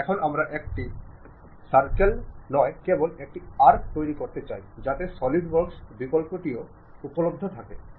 এখন আমরা একটি সম্পূর্ণ সার্কেল নয় কেবল একটি আর্ক তৈরি করতে চাই যাতে সলিড ওয়ার্কে বিকল্পটিও উপলব্ধ থাকে